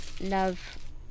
love